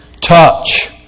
touch